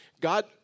God